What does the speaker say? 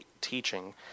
teaching